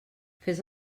fes